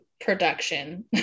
production